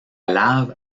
lave